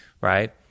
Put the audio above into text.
right